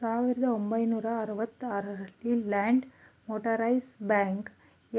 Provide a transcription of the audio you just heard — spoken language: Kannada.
ಸಾವಿರದ ಒಂಬೈನೂರ ಅರವತ್ತ ಆರಲ್ಲಿ ಲ್ಯಾಂಡ್ ಮೋಟರೇಜ್ ಬ್ಯಾಂಕ